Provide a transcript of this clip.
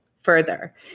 further